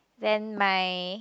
then my